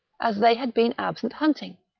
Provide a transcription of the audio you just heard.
as they had been absent hunting,